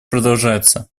продолжается